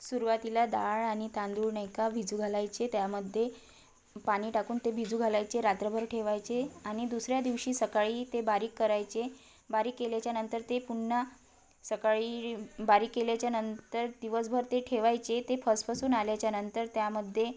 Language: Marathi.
सुरुवातीला डाळ आणि तांदूळ नाही का भिजू घालायचे त्यामध्ये पाणी टाकून ते भिजू घालायचे रात्रभर ठेवायचे आणि दुसऱ्या दिवशी सकाळी ते बारीक करायचे बारीक केल्याच्यानंतर ते पुन्हा सकाळी बारीक केल्याच्यानंतर दिवसभर ते ठेवायचे ते फसफसून आल्याच्यानंतर त्यामध्ये